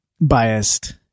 biased